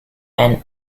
and